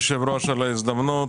ההזדמנות.